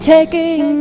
Taking